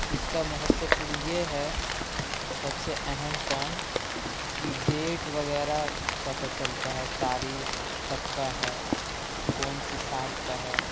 اس کا مہتوپورن یہ ہے سب سے اہم کام کہ ڈیٹ وغیرہ پتہ چلتا ہے تاریخ کب کا ہے کون سے سال کا ہے